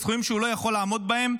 בסכומים שהוא לא יכול לעמוד בהם,